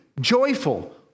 joyful